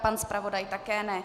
Pan zpravodaj také ne.